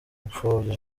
gupfobya